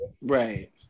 right